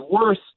worse